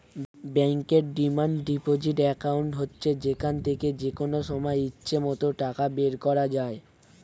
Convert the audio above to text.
ব্যাংকের demand deposit account হচ্ছে যেখান থেকে যেকনো সময় ইচ্ছে মত টাকা বের করা যায়